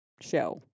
show